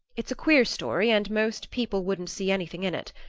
it's a queer story, and most people wouldn't see anything in it.